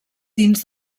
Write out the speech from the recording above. dins